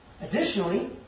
Additionally